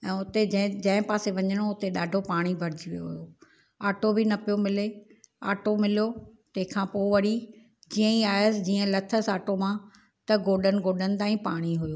ऐं हुते जंहिं जंहिं पासे वञिणो उहो उते ॾाढो पाणी भरिजी वियो हुओ आटो बि न पियो मिले आटो मिलियो तंहिंखां पोइ वरी कीअं ई आयसि जीअं लथसि आटो मां त गोॾनि गोॾनि ताईं पाणी हुओ